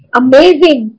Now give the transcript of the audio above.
amazing